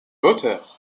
hauteur